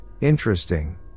interesting